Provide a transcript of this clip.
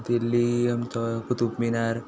दिल्ली आमकां कुतूब मिनार